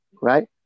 Right